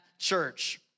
church